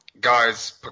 guys